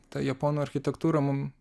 ta japonų architektūra mum